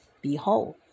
Behold